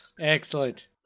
Excellent